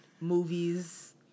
Movies